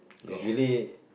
usually